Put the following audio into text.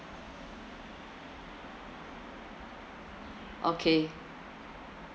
okay